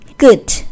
Good